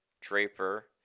Draper